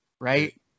right